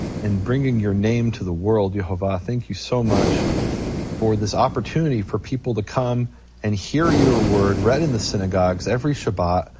and bringing your name to the world, yehovah, thank you so much for this opportunity for people to come and hear your word read in the synagogues every shabbat,